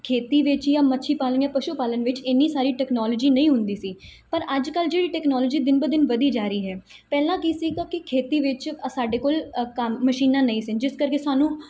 ਖੇਤੀ ਵਿੱਚ ਹੀ ਜਾਂ ਮੱਛੀ ਪਾਲਣ ਜਾਂ ਪਸ਼ੂ ਪਾਲਣ ਵਿੱਚ ਇੰਨੀ ਸਾਰੀ ਟੈਕਨੋਲੋਜੀ ਨਹੀਂ ਹੁੰਦੀ ਸੀ ਪਰ ਅੱਜ ਕੱਲ੍ਹ ਜਿਹੜੀ ਟੈਕਨੋਲੋਜੀ ਦਿਨ ਬ ਦਿਨ ਵਧੀ ਜਾ ਰਹੀ ਹੈ ਪਹਿਲਾਂ ਕੀ ਸੀਗਾ ਕਿ ਖੇਤੀ ਵਿੱਚ ਸਾਡੇ ਕੋਲ ਕਾ ਮਸ਼ੀਨਾਂ ਨਹੀਂ ਸੀ ਜਿਸ ਕਰਕੇ ਸਾਨੂੰ